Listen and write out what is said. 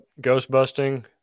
ghost-busting